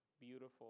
beautiful